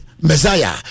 Messiah